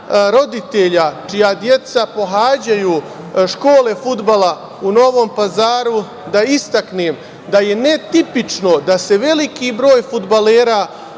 roditelja čija deca pohađaju škole fudbala u Novom Pazaru da istaknem da je netipično da se veliki broj fudbalera